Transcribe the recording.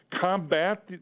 combat